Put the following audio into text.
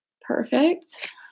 perfect